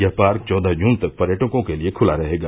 यह पार्क चौदह जून तक पर्यटकों के लिये खुला रहेगा